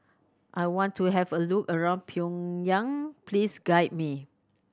I want to have a look around Pyongyang please guide me